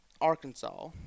Arkansas